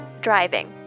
Driving